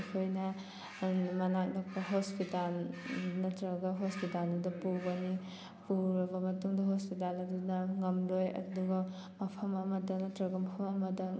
ꯑꯩꯈꯣꯏꯅ ꯃꯅꯥꯛ ꯅꯛꯄ ꯍꯣꯁꯄꯤꯇꯥꯜ ꯅꯠꯇ꯭ꯔꯒ ꯍꯣꯁꯄꯤꯇꯥꯜꯗ ꯄꯨꯒꯅꯤ ꯄꯨꯔꯕ ꯃꯇꯨꯡꯗ ꯍꯣꯁꯄꯤꯇꯥꯜ ꯑꯗꯨꯅ ꯉꯝꯂꯣꯏ ꯑꯗꯨꯒ ꯃꯐꯝ ꯑꯃꯗ ꯅꯠꯇ꯭ꯔꯒ ꯃꯐꯝ ꯑꯃꯗ